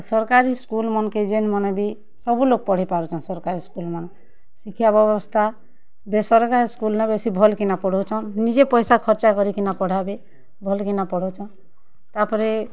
ସର୍କାରୀ school ମାନ୍କେ ଯେନ୍ ମାନେ ବି ସବୁ ଲୋକ୍ ପଢ଼େଇ ପାରୁଛନ୍ ସର୍କାରୀ ସ୍କୁଲ୍ମାନେ ଶିକ୍ଷା ବେବସ୍ଥା ବେସରକାରୀ ସ୍କୁଲ୍ନେ ବେଶୀ ଭଲ୍କିନା ପଢ଼ଉଛନ୍ ନିଜେ ପଏସା ଖର୍ଚ୍ଚା କରିକିନା ପଢ଼ାବେ ଭଲ୍ କିନା ପଢ଼ଉଛନ୍ ତା'ର୍ପରେ